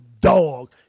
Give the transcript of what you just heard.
dog